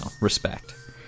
respect